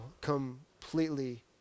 completely